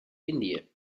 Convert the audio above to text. indië